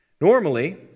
Normally